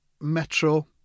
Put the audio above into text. Metro